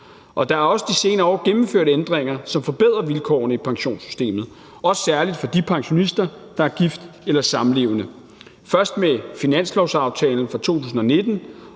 Der er også de senere år gennemført ændringer, som forbedrer vilkårene i pensionssystemet, særlig for de pensionister, der er gift eller samlevende. Først med finanslovsaftalen fra 2019